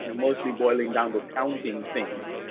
mostly boiling down to counting things,